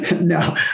No